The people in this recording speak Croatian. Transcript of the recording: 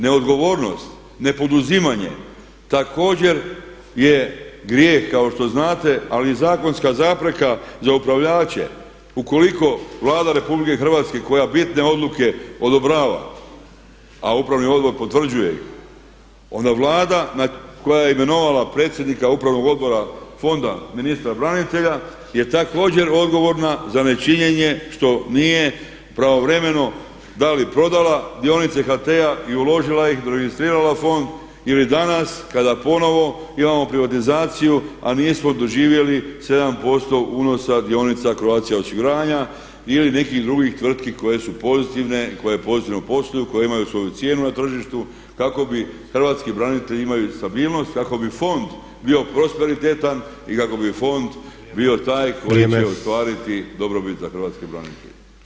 Neodgovornost, nepoduzimanje također je grijeh kao što znate ali zakonska zapreka za upravljače ukoliko Vlada RH koja bitne odluke odobrava a upravni odbor potvrđuje ih onda Vlada koja je imenovala predsjednika upravnog odbora Fonda ministra branitelja je također odgovorna za ne činjenje što nije pravovremeno da li prodala dionice HT-a i uložila ih, registrirala fond ili danas kada ponovno imamo privatizaciju a nismo doživjeli 7% unosa dionica Croatia osiguranja ili nekih drugih tvrtki koje su pozitivne i koje pozitivno posluju, koje imaju svoju cijenu na tržištu kako bi, hrvatski branitelji imaju stabilnost, kako bi fond bio prosperitetan i kako bi fond bio taj koji će ostvariti dobrobit za hrvatske branitelje.